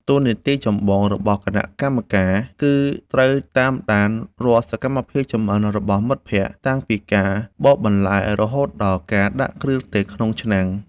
តួនាទីចម្បងរបស់គណៈកម្មការគឺត្រូវតាមដានរាល់សកម្មភាពចម្អិនរបស់មិត្តភក្តិ តាំងពីការបកបន្លែ រហូតដល់ការដាក់គ្រឿងទេសក្នុងឆ្នាំង។